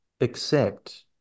accept